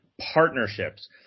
partnerships